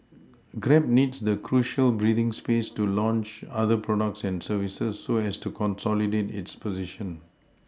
grab needs the crucial breathing space to launch other products and services so as to consolidate its position